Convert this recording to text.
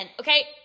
Okay